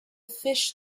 fish